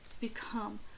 become